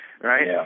right